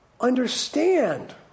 Understand